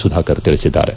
ಸುಧಾಕರ್ ತಿಳಿಸಿದ್ದಾರೆ